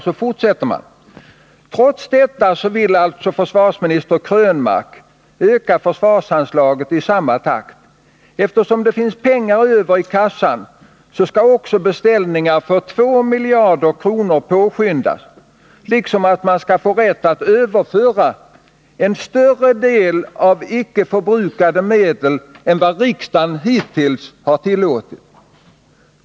Så fortsätter tidningen: ”Trots detta vill alltså försvarsminister Krönmark öka försvarsanslaget i samma takt. Eftersom det finns pengar över i kassan skall också beställningar för 2 miljarder kr. påskyndas, liksom att man skall få rätt att överföra en större del av icke förbrukade medel än vad riksdagen hittills tillåtit.